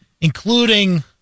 including